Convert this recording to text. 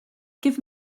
give